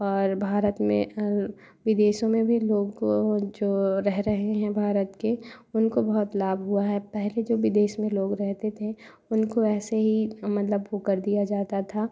और भारत में विदेशों में भी लोगों जो रह रहे हैं भारत के उनको बहुत लाभ हुआ है पहले जो विदेश में लोग रहते थे उनको ऐसे ही मतलब वो कर दिया जाता था